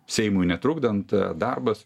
seimui netrukdant darbas